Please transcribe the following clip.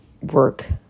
work